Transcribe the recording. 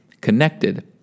connected